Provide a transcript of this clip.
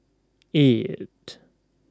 eight